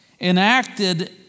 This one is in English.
enacted